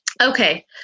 okay